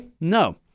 No